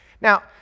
Now